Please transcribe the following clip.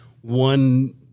one